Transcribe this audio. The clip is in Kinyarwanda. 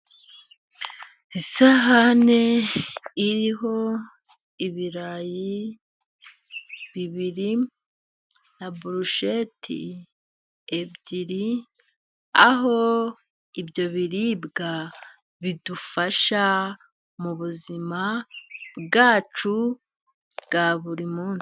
Isahani iriho ibirayi bibiri na brusheti ebyiri. Aho ibyo biribwa bidufasha mu buzima bwacu bwa buri munsi.